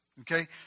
okay